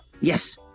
Yes